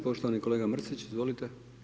Poštovani kolega Mrsić, izvolite.